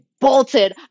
bolted